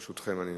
בבקשה,